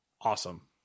awesome